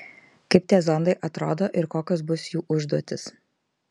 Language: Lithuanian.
kaip tie zondai atrodo ir kokios bus jų užduotys